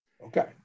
Okay